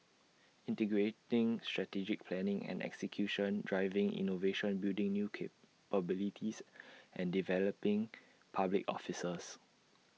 integrating strategic planning and execution driving innovation building new capabilities and developing public officers